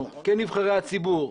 כנבחרי הציבור,